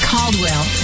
Caldwell